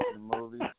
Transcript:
movies